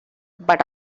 but